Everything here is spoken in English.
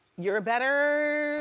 you're better,